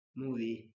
movie